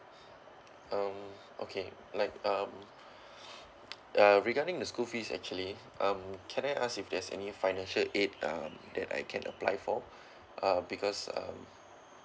um okay like um uh regarding the school fees actually um can I ask if there's any financial aid uh that I can apply for uh because um